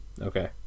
Okay